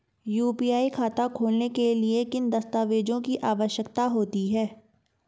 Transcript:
UPI खाता खोलने के लिए किन दस्तावेज़ों की आवश्यकता होती है?